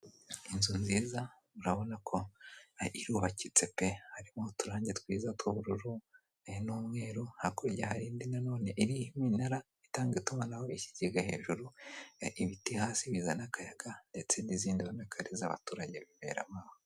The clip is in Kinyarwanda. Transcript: Inzu nziza urabonako irubakitse pe harimo uturange twiza tw 'ubururu hari n'umweru hakurya harindi nanone iriho iminara itanga itumanaho n'ikigega hejuru ibiti hasi bizana akayaga ndetse nizindi ubona ko ari izabaturage biberamo.